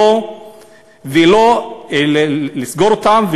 לסגור אותם,